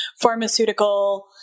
pharmaceutical